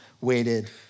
waited